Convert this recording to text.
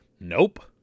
Nope